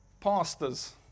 Pastors